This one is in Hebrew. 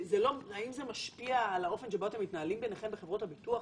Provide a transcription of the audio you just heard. האם זה משפיע על האופן שבו אתם מתנהלים ביניכם בחברות הביטוח?